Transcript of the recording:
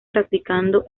practicando